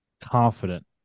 confident